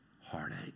heartache